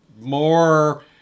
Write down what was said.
more